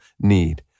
need